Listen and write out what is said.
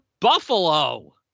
buffalo